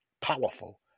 powerful